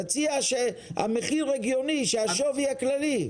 תציע מחיר הגיוני ושווי כללי.